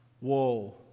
Whoa